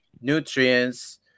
nutrients